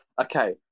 Okay